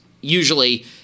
usually –